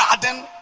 garden